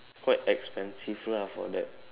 quite expensive lah for that